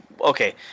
Okay